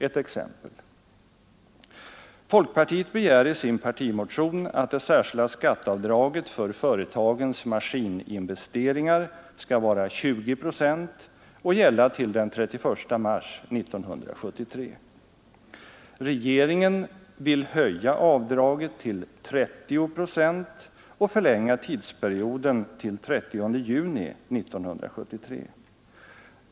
Ett exempel: Folkpartiet begär i sin partimotion att det särskilda skatteavdraget för företagens maskinin vesteringar skall vara 20 procent och gälla till den 31 mars 1973. Regeringen vill höja avdraget till 30 procent och förlänga tidsperioden till den 30 juni 1973.